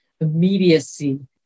immediacy